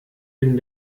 bin